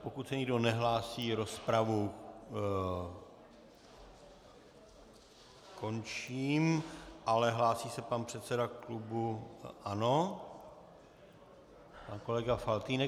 Pokud se nikdo nehlásí, rozpravu končím, ale hlásí se pan předseda klubu ANO kolega Faltýnek.